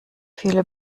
viele